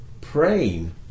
praying